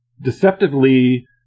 deceptively